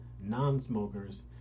non-smokers